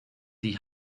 die